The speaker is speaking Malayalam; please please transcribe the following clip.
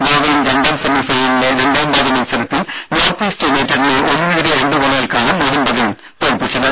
ഗോവയിൽ രണ്ടാം സെമിഫൈനലിലെ രണ്ടാംപാദ മത്സരത്തിൽ നോർത്ത് ഈസ്റ്റ് യുണൈറ്റഡിനെ ഒന്നിനെതിരെ രണ്ട് ഗോളുകൾക്കാണ് മോഹൻബഗാൻ തോൽപ്പിച്ചത്